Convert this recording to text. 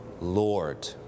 Lord